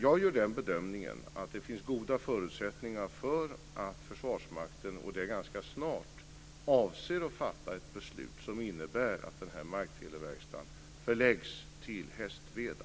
Jag gör den bedömningen att det finns goda förutsättningar för att försvarsmakten ganska snart avser att fatta ett beslut som innebär att markteleverkstaden förläggs till Hästveda.